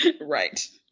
Right